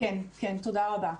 כן, תודה רבה.